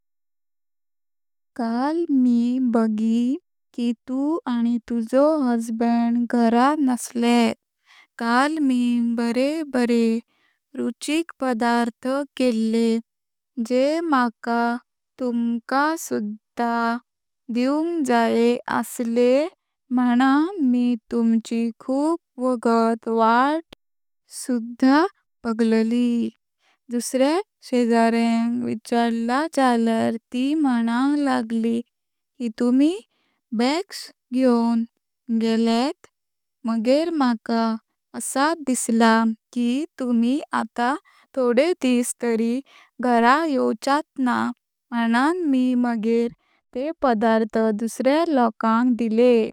काल मी बघी की तू आनी तुजो हस्बंड घरानसल्यात। काल मी बरे बरे रुचीक पदार्थ केले जे माका तुमका सुध्दा दिवक जाय आसले म्हूनां मी तुमची खूप वात वाट सुध्दा बगळली। दुसऱ्या शेजाऱ्याक इच्छारला झाली तर ती म्हूंन लागली की तुम्ही बॅग्स घेऊन गेल्यात मगर माका आस दिसला की तुम्ही आता थोडे दिस तरी घर हेरवंत ना म्हूंन मी मगर ते पदार्थ दुसऱ्या कोणाक दिले।